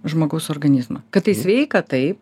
žmogaus organizmą kad tai sveika taip